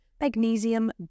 magnesium